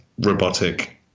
robotic